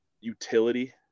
utility